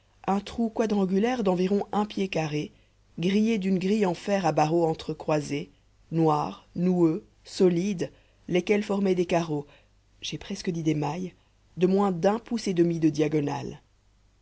un trou quadrangulaire d'environ un pied carré grillé d'une grille en fer à barreaux entre croisés noirs noueux solides lesquels formaient des carreaux j'ai presque dit des mailles de moins d'un pouce et demi de diagonale